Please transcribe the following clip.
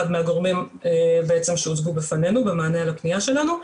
מהגורמים שהוצגו בפנינו במענה על הפנייה שלנו,